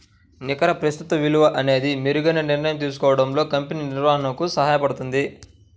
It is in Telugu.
నికర ప్రస్తుత విలువ అనేది మెరుగైన నిర్ణయం తీసుకోవడంలో కంపెనీ నిర్వహణకు సహాయపడుతుంది